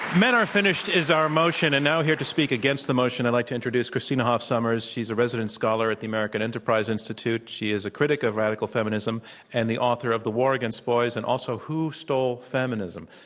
men are finished is our motion and now here to speak against the motion i'd and like to introduce christina hoff sommers. she's a resident scholar at the american enterprise institute. she is a critic of radical feminism and the author of the war against boys and also who stole feminism?